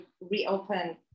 reopen